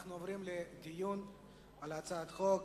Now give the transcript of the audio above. אנחנו עוברים לדיון על הצעת החוק.